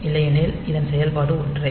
இல்லையெனில் இதன் செயல்பாடு ஒன்றே